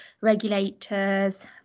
regulators